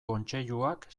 kontseiluak